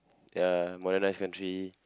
ya modernised country